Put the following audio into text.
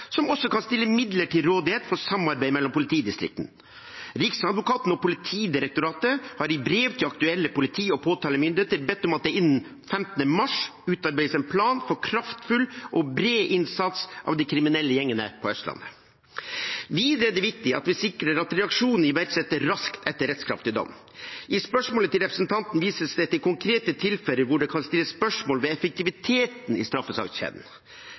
som også kan stille midler til rådighet for samarbeid mellom politidistriktene. Riksadvokaten og Politidirektoratet har i brev til aktuelle politi- og påtalemyndigheter bedt om at det innen 15. mars utarbeides en plan for kraftfull og bred innsats mot de kriminelle gjengene på Østlandet. Videre er det viktig at vi sikrer at reaksjonene iverksettes raskt etter rettskraftig dom. I spørsmålet til representanten vises det til konkrete tilfeller hvor det kan stilles spørsmål ved effektiviteten i straffesakskjeden.